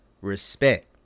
respect